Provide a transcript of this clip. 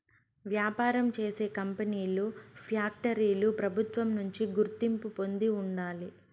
వ్యాపారం చేసే కంపెనీలు ఫ్యాక్టరీలు ప్రభుత్వం నుంచి గుర్తింపు పొంది ఉండాలి